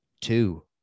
two